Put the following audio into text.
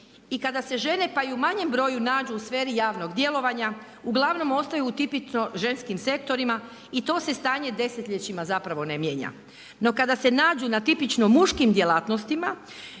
I kada se žene, pa i u manjem broju nađu u sferi javnog djelovanja uglavnom ostaju u tipično ženskim sektorima i to se stanje desetljećima zapravo ne mijenja. No, kada se nađu na tipično muškim djelatnostima